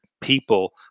people